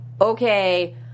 okay